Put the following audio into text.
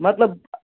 مطلب